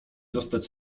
zostać